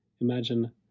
imagine